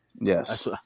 Yes